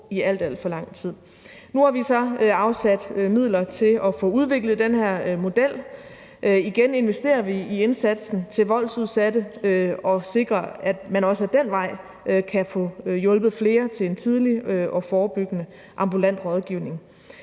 alt for lang tid. Nu har vi så afsat midler til at få udviklet den her model. Igen investerer vi i indsatsen til voldsudsatte og sikrer, at man også ad den vej kan få hjulpet flere til en tidlig og forebyggende ambulant rådgivning.